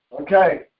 Okay